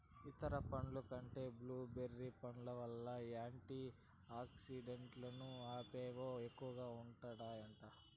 ఇతర పండ్ల కంటే బ్లూ బెర్రీ పండ్లల్ల యాంటీ ఆక్సిడెంట్లని అవేవో ఎక్కువగా ఉంటాయట